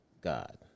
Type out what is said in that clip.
God